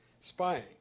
spying